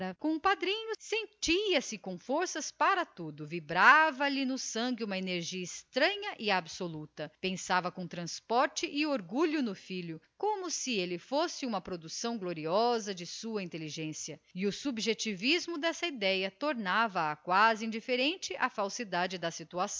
com o padrinho sentia-se com forças para tudo vibrava lhe no sangue uma energia estranha e absoluta pensava no filho com transporte e orgulho como se ele fora uma concepção gloriosa da sua inteligência e na obsessão dessa idéia alheava se de tudo mais sem pensar sequer na falsidade da situação